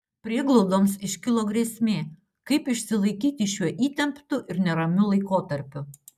prieglaudoms iškilo grėsmė kaip išsilaikyti šiuo įtemptu ir neramiu laikotarpiu